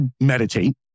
meditate